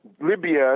Libya